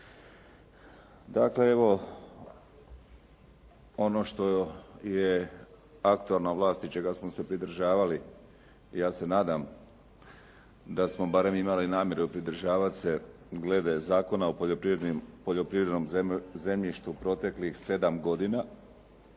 Dakle evo ono što je aktualna vlast i čega smo se pridržavali ja se nadam da smo barem imali namjeru pridržavati se glede Zakona o poljoprivrednim, poljoprivrednom zemljištu proteklih 7 godina.